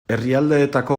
herrialdeetako